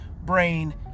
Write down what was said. brain